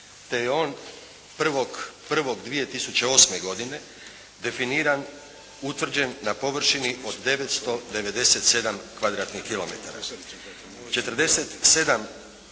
te je on 1.1.2008. godine definiran, utvrđen na površini od 997